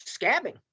scabbing